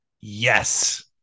Yes